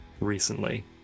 recently